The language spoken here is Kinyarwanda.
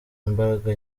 imbaraga